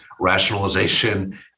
rationalization